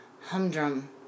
humdrum